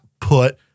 put